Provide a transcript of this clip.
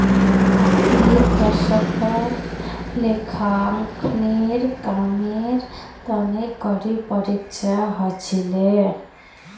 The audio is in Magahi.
अस्सीर दशकत लेखांकनेर कामेर तने कड़ी परीक्षा ह छिले